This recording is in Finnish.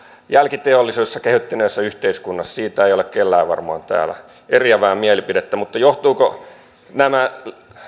jälkiteollisessa kehittyneessä yhteiskunnassa siitä ei ole kenelläkään varmaan täällä eriävää mielipidettä mutta sitä johtuvatko nämä